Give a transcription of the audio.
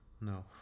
no